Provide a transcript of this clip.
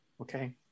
okay